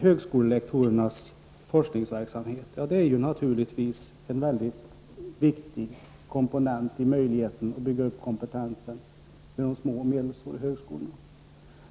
Högskolelektorernas forskningsverksamhet är naturligtvis en viktig komponent när det gäller att bygga upp kompetensen i de små och medelstora högskolorna.